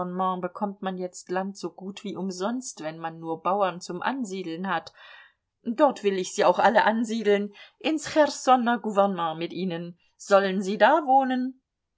bekommt man jetzt land so gut wie umsonst wenn man nur bauern zum ansiedeln hat dort will ich sie auch alle ansiedeln ins cherssoner gouvernement mit ihnen sollen sie da wohnen